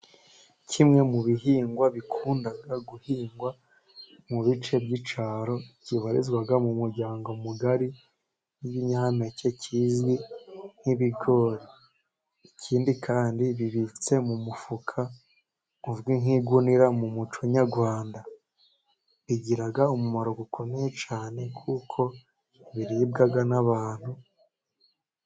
Kimwe mu bihingwa bikundaga guhingwa mu bice by'icyaro kibarizwa mu muryango mugari n'ibinyampeke kizwi nk'ibigori, ikindi kandi bibitse mu mufuka uzwi nk'igunira mu muco nyarwanda, bigira umumaro ukomeye cyane kuko biribwa n'abantu.